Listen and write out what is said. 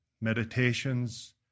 meditations